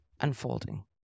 unfolding